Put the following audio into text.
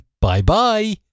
bye-bye